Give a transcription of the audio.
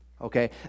Okay